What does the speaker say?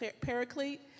paraclete